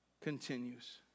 continues